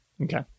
Okay